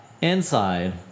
inside